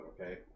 okay